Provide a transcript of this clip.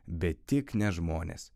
bet tik ne žmonės